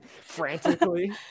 frantically